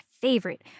favorite